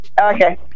Okay